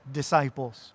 disciples